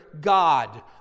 God